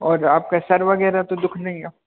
और आपका सर वगैरह तो दुख नहीं रहा